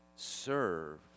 serve